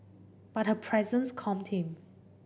but her presence calmed him